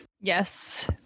yes